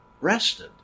rested